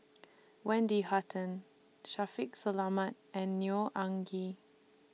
Wendy Hutton Shaffiq Selamat and Neo Anngee